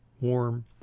warm